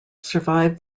survived